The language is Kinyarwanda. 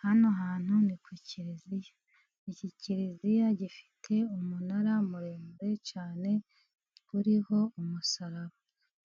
Hano hantu ni ku kiliziya iki kiliziya gifite umunara muremure cyane, uriho umusaraba